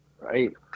Right